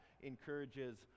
encourages